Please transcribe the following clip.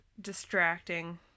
distracting